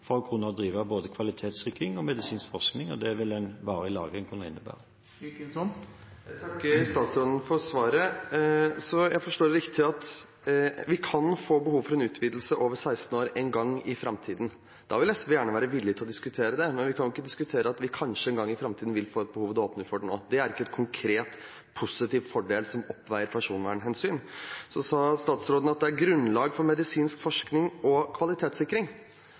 for å kunne drive både kvalitetssikring og medisinsk forskning. Det vil en varig lagring kunne innebære. Jeg takker statsråden for svaret. Hvis jeg forstår det riktig, kan vi få behov for en utvidelse utover 16 år en gang i framtiden. Da vil SV gjerne være villig til å diskutere det, men vi kan ikke diskutere at vi kanskje en gang i framtiden vil få et behov og åpne for det nå. Det er ikke en konkret positiv fordel som oppveier personvernhensyn. Så sa statsråden at det er grunnlag for medisinsk forskning og kvalitetssikring.